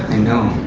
i know.